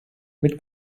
mit